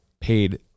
paid